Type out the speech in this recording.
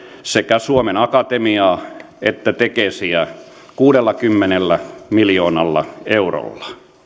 sekä suomen akatemiaa että tekesiä kuudellakymmenellä miljoonalla eurolla